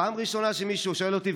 פעם ראשונה שמישהו שואל אותי,